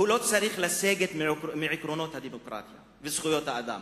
לא צריך לסגת מעקרונות הדמוקרטיה וזכויות האדם,